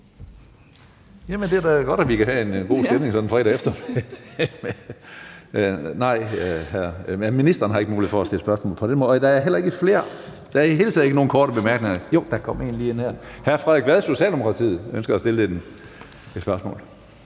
Det er da godt, at vi kan have en god stemning sådan en fredag eftermiddag. Nej, ministeren har ikke mulighed for at stille spørgsmål på den måde. Der er ikke nogen korte bemærkninger, eller jo, der kom lige en ind her. Hr. Frederik Vad, Socialdemokratiet, ønsker at stille et spørgsmål.